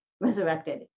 resurrected